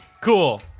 Cool